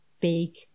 big